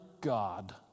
God